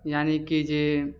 यानी कि जे